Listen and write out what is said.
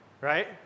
right